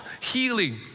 healing